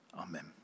Amen